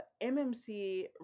mmc